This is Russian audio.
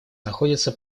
находится